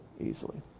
easily